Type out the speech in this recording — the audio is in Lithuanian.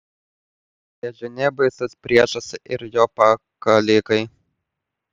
težūnie baisus priešas ir jo pakalikai